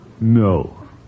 No